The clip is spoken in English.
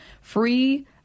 free